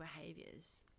behaviors